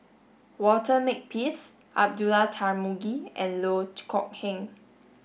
Walter Makepeace Abdullah Tarmugi and Loh Kok Heng